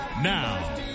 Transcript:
Now